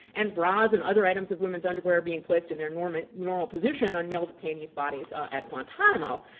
and bras and other items of women's underwear being placed in their normal normal position on male detainees' bodies at guantanamo.